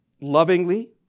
Lovingly